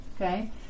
Okay